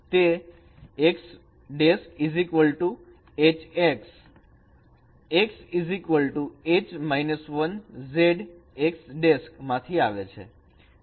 તે X' HX X H 1 Z X' માંથી આવે છે